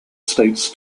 states